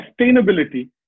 sustainability